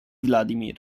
vladimir